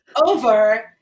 over